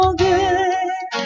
good